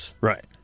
Right